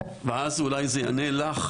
ואז זה אולי יענה לך,